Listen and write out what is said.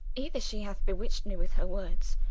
either she hath bewitcht me with her words,